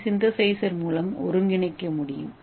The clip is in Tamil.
ஏ சின்தசைசர் மூலம் ஒருங்கிணைக்க முடியும்